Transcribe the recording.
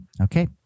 Okay